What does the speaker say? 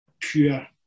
pure